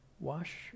Wash